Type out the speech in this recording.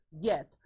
Yes